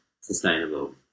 sustainable